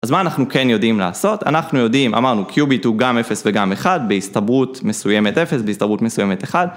אז מה אנחנו כן יודעים לעשות? אנחנו יודעים, אמרנו קיוביט הוא גם 0 וגם 1 בהסתברות מסוימת 0, בהסתברות מסוימת 1